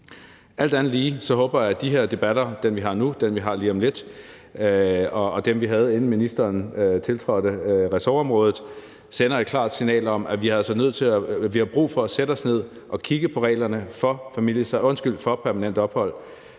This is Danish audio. Alt andet lige håber jeg, at de her debatter – den, vi har nu, den, vi har lige om lidt, og dem, vi havde, inden ministeren tiltrådte ressortområdet – sender et klart signal om, at vi har brug for at sætte os ned og kigge på reglerne for permanent ophold.